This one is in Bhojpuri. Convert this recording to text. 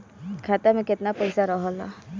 खाता में केतना पइसा रहल ह?